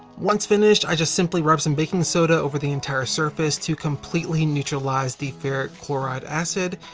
once finished, i just simply rubbed some baking soda over the entire surface to completely neutralize the ferric chloride acid.